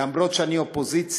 אומנם אני באופוזיציה,